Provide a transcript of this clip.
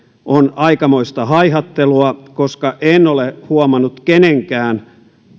on aikamoista haihattelua koska en ole huomannut kenenkään